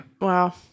Wow